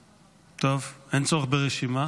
טל, הצעת חוק מניעת מימון